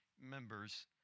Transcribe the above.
members